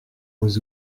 aux